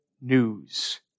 news